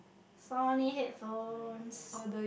Sony headphones